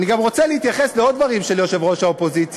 אני רוצה גם להתייחס לעוד דברים של יושב-ראש האופוזיציה,